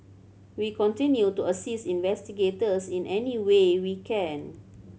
we continue to assist investigators in any way we can